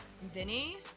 Vinny